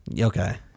Okay